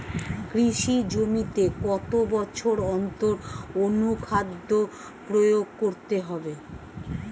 কৃষি জমিতে কত বছর অন্তর অনুখাদ্য প্রয়োগ করতে হবে?